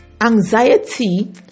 anxiety